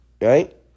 right